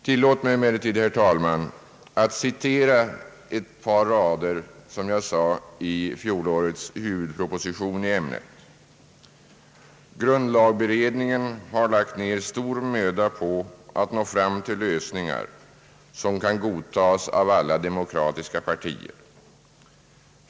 Tillåt mig emellertid, herr talman, att citera ett par rader som jag skrev i fjolårets huvudproposition i ämnet: »Grundlagberedningen har lagt ner stor möda på att nå fram till lösningar som kan godtas av alla demokratiska partier.